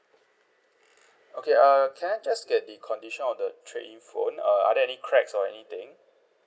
okay err can I just get the condition of the trade in phone uh are there any cracks or anything